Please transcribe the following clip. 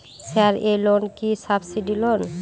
Sir এই loan কি subsidy loan?